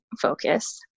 focus